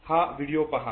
हा व्हिडिओ पहा